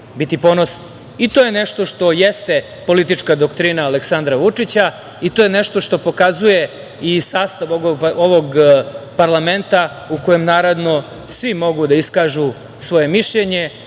I to je nešto što jeste politička doktrina Aleksandra Vučića i to je nešto što pokazuje i sastav ovog parlamenta, u kom svi mogu da iskažu svoje mišljenje,